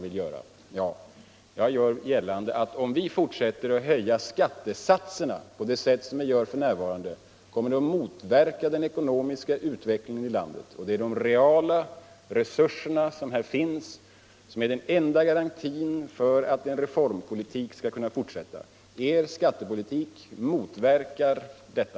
Ja, jag gör gällande att om vi höjer skattesatserna på det sätt som vi gör nu kommer det att motverka den ekonomiska utvecklingen i landet. Det är de reala resurser som här finns som är den enda garantin för att en reformpolitik skall kunna fortsätta. Er skattepolitik motverkar detta.